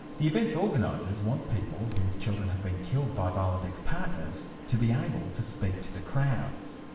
the event's organisers want people whose children have been killed by violent ex-partners to be able to speak to the crowds.